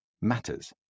matters